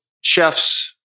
chefs